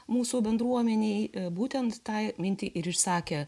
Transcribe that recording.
mūsų bendruomenei būtent tą mintį ir išsakė